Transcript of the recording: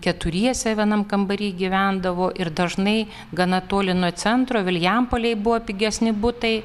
keturiese vienam kambary gyvendavo ir dažnai gana toli nuo centro vilijampolėj buvo pigesni butai